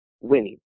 winning